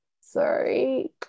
Sorry